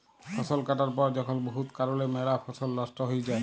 ফসল কাটার পর যখল বহুত কারলে ম্যালা ফসল লস্ট হঁয়ে যায়